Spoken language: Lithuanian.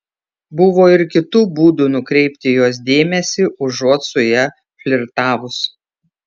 buvo ir kitų būdų nukreipti jos dėmesį užuot su ja flirtavus